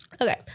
Okay